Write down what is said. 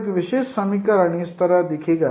तो एक विशिष्ट समीकरण इस तरह दिखेगा